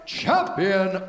champion